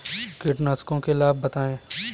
कीटनाशकों के लाभ बताएँ?